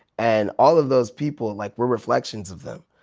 and all of those people and like, we're reflections of them.